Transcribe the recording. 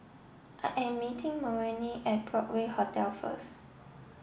I am meeting Marolyn at Broadway Hotel first